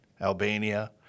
Albania